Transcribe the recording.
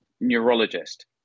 neurologist